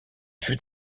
fut